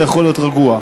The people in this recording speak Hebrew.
אתה יכול להיות רגוע.